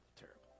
terrible